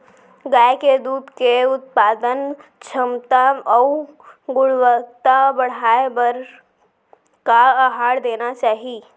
गाय के दूध के उत्पादन क्षमता अऊ गुणवत्ता बढ़ाये बर का आहार देना चाही?